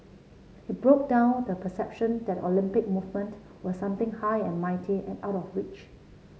it broke down the perception that Olympic movement were something high and mighty and out of reach